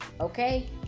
okay